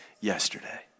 yesterday